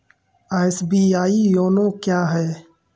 SBI YONO क्या है?